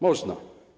Można.